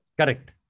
Correct